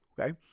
Okay